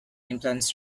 implant